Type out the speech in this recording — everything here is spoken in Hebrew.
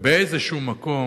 ובאיזה מקום